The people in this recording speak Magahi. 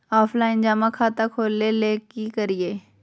ऑफलाइन जमा खाता खोले ले की करिए?